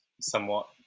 Somewhat